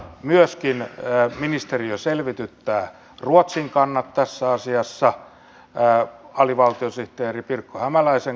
myöskin ministeriö selvityttää ruotsin kannat tässä asiassa alivaltiosihteeri pirkko hämäläisen kautta